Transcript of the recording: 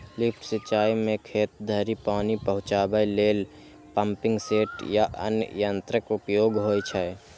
lift सिंचाइ मे खेत धरि पानि पहुंचाबै लेल पंपिंग सेट आ अन्य यंत्रक उपयोग होइ छै